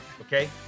Okay